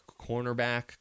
cornerback